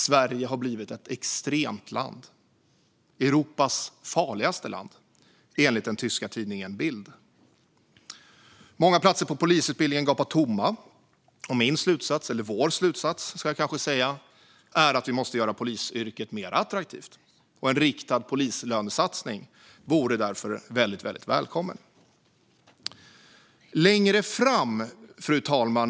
Sverige har blivit ett extremt land, Europas farligaste land, enligt den tyska tidningen Bild. Många platser på polisutbildningen gapar tomma. Min slutsats, eller vår slutsats ska jag kanske säga, är att vi måste göra polisyrket mer attraktivt. En riktad polislönesatsning vore därför väldigt välkommen.